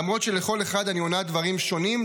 למרות שלכל אחד אני עונה דברים שונים,